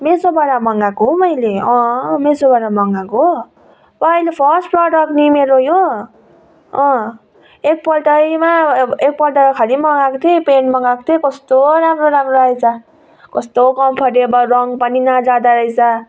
मिसोबाट मगाएको हो मैले मिसोबाट मगाएको हो अहिले फर्स्ट प्रडक्ट नि मेरो यो एकपल्टमा एकपल्ट खालि म मगाएको थिएँ प्यान्ट मगाएको थिएँ कस्तो राम्रो राम्रो आएछ कस्तो कम्फर्टेबल रङ पनि नजाँदो रहेछ